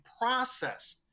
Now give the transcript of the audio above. process